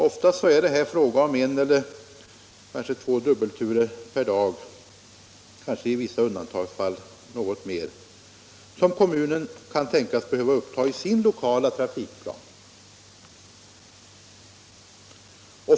Oftast är det fråga om en eller två dubbelturer per dag, i vissa undantagsfall kanske något mer, som kommunen kan tänkas behöva uppta i sin lokala trafikplan.